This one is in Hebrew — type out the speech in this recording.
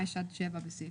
השלישי